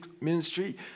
ministry